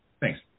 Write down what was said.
Thanks